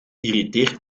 irriteert